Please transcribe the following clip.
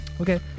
Okay